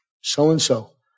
so-and-so